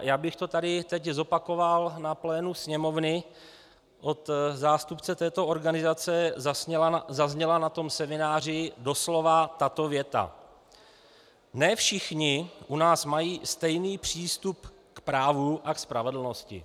Já bych to tady teď zopakoval na plénu Sněmovny od zástupce této organizace zazněla na semináři doslova tato věta: Ne všichni u nás mají stejný přístup k právu a ke spravedlnosti.